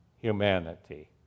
humanity